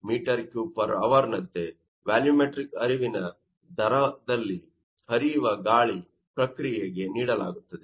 80 m3h ನಂತೆ volumetric ಹರಿವಿನ ದರದಲ್ಲಿ ಹರಿಯುವ ಗಾಳಿ ಪ್ರಕ್ರಿಯೆಗೆ ನೀಡಲಾಗುತ್ತದೆ